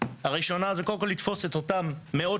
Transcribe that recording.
הראשונה היא קודם כל לתפוס את אותם מאות